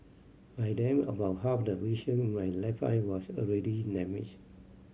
by then about half of the vision in my left eye was already damaged